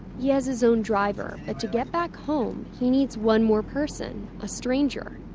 he has his own driver. but to get back home, he needs one more person, a stranger.